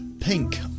Pink